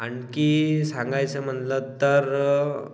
आणखी सांगायचं म्हटलं तर